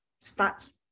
starts